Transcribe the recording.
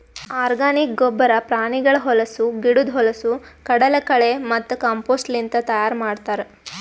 organic ಗೊಬ್ಬರ ಪ್ರಾಣಿಗಳ ಹೊಲಸು, ಗಿಡುದ್ ಹೊಲಸು, ಕಡಲಕಳೆ ಮತ್ತ ಕಾಂಪೋಸ್ಟ್ಲಿಂತ್ ತೈಯಾರ್ ಮಾಡ್ತರ್